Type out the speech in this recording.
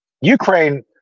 Ukraine